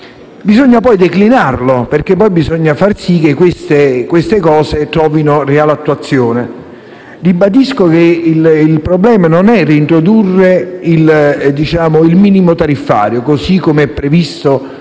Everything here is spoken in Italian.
bisogna poi declinarlo, perché bisogna far sì che questi concetti trovino reale attuazione. Ribadisco che il problema non è reintrodurre il minimo tariffario, così come è previsto nel